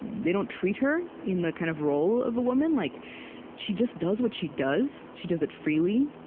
they don't treat her in the kind of role of a woman. like she just does what she does. she does it freely.